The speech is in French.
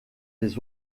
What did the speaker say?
des